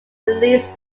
release